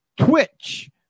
Twitch